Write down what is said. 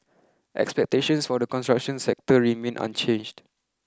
expectations for the construction sector remain unchanged